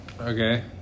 Okay